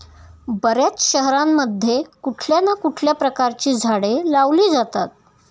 बर्याच शहरांमध्ये कुठल्या ना कुठल्या प्रकारची झाडे लावली जातात